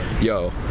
yo